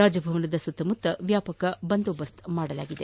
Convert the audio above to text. ರಾಜಭವನದ ಸುತ್ತಮುತ್ತ ವ್ಯಾಪಕ ಬಂದೋಬಸ್ತ್ ಮಾಡಲಾಗಿದೆ